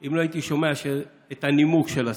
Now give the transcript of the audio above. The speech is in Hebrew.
אם לא הייתי שומע את הנימוק של השר.